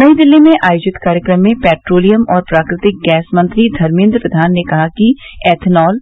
नई दिल्ली में आयोजित कार्यक्रम में पैट्रोलियम और प्राकृतिक गैस मंत्री धर्मेन्द्र प्रधान ने कहा कि एथनॉल